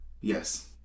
Yes